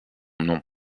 nom